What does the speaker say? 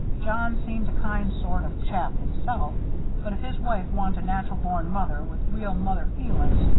john seemed a kind sort of chap, himself but if his wife wan't a natural-born mother, with real mother feelin's,